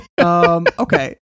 Okay